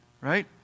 right